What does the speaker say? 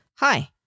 Hi